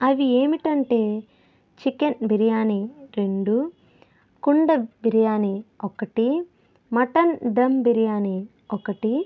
అవి ఏమిటంటే చికెన్ బిర్యానీ రెండు కుండ బిర్యాని ఒకటే మటన్ దమ్ బిర్యాని ఒకటి